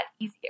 easier